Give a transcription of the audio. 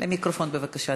למיקרופון בבקשה.